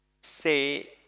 say